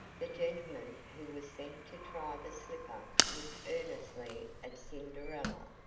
the gentleman who was sent to try the slipper looked earnestly at cinderella,